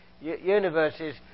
universes